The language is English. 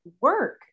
work